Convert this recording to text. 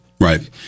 Right